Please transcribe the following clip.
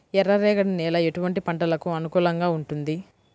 ఎర్ర రేగడి నేల ఎటువంటి పంటలకు అనుకూలంగా ఉంటుంది?